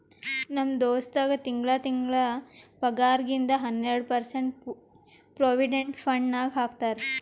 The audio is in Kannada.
ನಮ್ ದೋಸ್ತಗ್ ತಿಂಗಳಾ ತಿಂಗಳಾ ಪಗಾರ್ನಾಗಿಂದ್ ಹನ್ನೆರ್ಡ ಪರ್ಸೆಂಟ್ ಪ್ರೊವಿಡೆಂಟ್ ಫಂಡ್ ನಾಗ್ ಹಾಕ್ತಾರ್